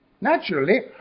naturally